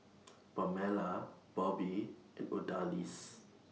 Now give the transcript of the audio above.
Pamela Bobbie and Odalis